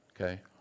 okay